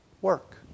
work